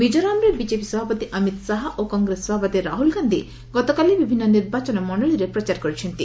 ମିକୋରାମ୍ରେ BJP ସଭାପତି ଅମିତ୍ ଶାହା ଓ କଂଗ୍ରେସ ସଭାପତି ରାହୁଲ୍ ଗାନ୍ଧି ଗତକାଲି ବିଭିନ୍ନ ନିର୍ବାଚନ ମଣ୍ଡଳିରେ ପ୍ରଚାର କରିଛନ୍ତି